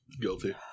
Guilty